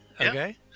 okay